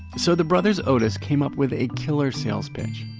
so the brothers otis came up with a killer sales pitch,